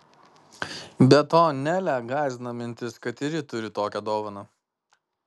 be to nelę gąsdina mintis kad ir ji turi tokią dovaną